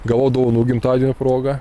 gavau dovanų gimtadienio proga